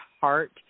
Heart